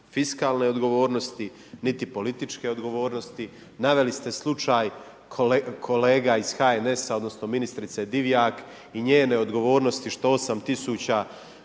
fiskalne odgovornosti, niti političke odgovornosti. Naveli ste slučaj kolega iz HNS-a odnosno ministrice Divjak i njene odgovornosti što 8000